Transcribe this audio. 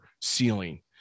ceiling